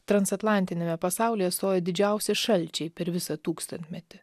transatlantiniame pasaulyje stojo didžiausi šalčiai per visą tūkstantmetį